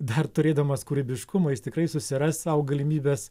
dar turėdamas kūrybiškumą jis tikrai susiras sau galimybes